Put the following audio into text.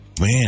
Man